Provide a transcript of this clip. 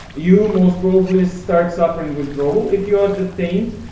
you most probably start suffering withdrawal if you are detained.